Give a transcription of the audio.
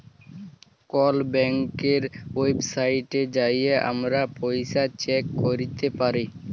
call ব্যাংকের ওয়েবসাইটে যাঁয়ে আমরা পাসবই চ্যাক ক্যইরতে পারি